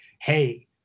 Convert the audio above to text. hey